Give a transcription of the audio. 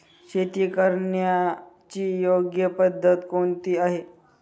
शेती करण्याची योग्य पद्धत कोणती आहे?